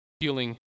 feeling